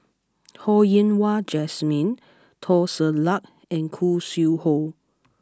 Ho Yen Wah Jesmine Teo Ser Luck and Khoo Sui Hoe